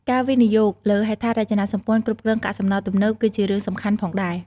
ការវិនិយោគលើហេដ្ឋារចនាសម្ព័ន្ធគ្រប់គ្រងកាកសំណល់ទំនើប គឺជារឿងសំខាន់ផងដែរ។